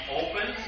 open